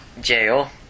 jail